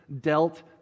dealt